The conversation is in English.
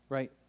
Right